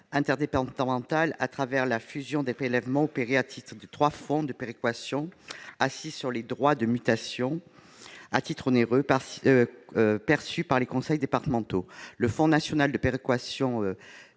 interdépartementale à travers la fusion des prélèvements opérés au titre des trois fonds de péréquation assis sur les droits de mutation à titre onéreux perçus par les conseils départementaux : le fonds national de péréquation